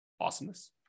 Awesomeness